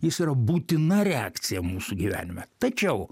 jis yra būtina reakcija mūsų gyvenime tačiau